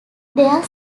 their